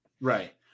Right